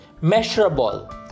Measurable